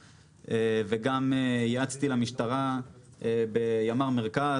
פנים וגם ייעצתי למשטרה בימ"ר מרכז,